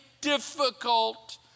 difficult